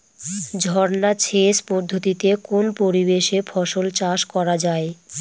ঝর্না সেচ পদ্ধতিতে কোন পরিবেশে ফসল চাষ করা যায়?